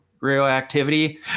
radioactivity